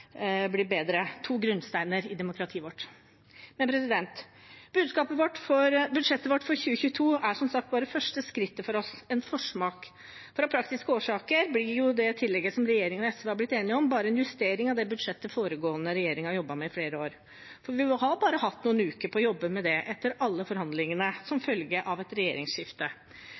to grunnsteiner i demokratiet vårt Budsjettet vårt for 2022 er som sagt bare det første skrittet for oss, en forsmak, for av praktiske årsaker blir jo det tillegget som regjeringen og SV er blitt enige om, bare en justering av det budsjettet foregående regjering har jobbet med i flere år. Vi har hatt bare noen uker på å jobbe med det etter alle forhandlingene, som følge av et regjeringsskifte.